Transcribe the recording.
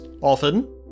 often